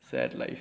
sad life